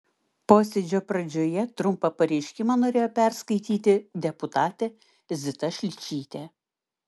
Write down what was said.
posėdžio pradžioje trumpą pareiškimą norėjo perskaityti deputatė zita šličytė